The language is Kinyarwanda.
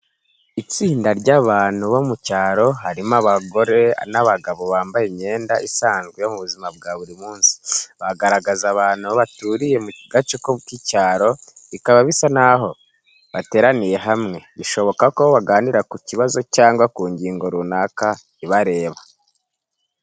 Itsinda ry’abantu bo mu cyaro harimo abagore n’abagabo bambaye imyenda isanzwe yo mu buzima bwa buri munsi. Bagaragaza abantu baturiye mu gace k’icyaro bikaba bisa n’aho bateraniye hamwe, bishoboka ko baganira ku kibazo cyangwa ku ngingo runaka ibareba.